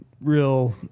real